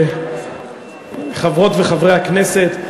חברות וחברי הכנסת,